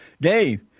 Dave